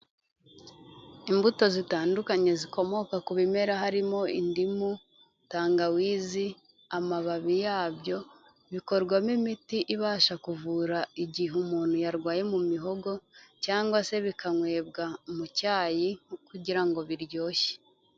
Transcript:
Imbuto zitandukanye zikomoka ku bimera harimo indimu, tangawizi, amababi yabyo bikorwamo imiti ibasha kuvura igihe umuntu yarwaye mu mihogo cyangwa se bikanywebwa mu cyayi kugira biryoshye.